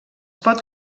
pot